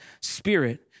spirit